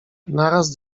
naraz